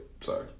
sorry